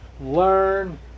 Learn